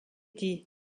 dit